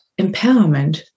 empowerment